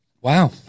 Wow